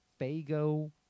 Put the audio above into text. Fago